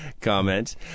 comment